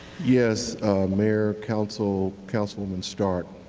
yes mayor, council, councilwoman stark.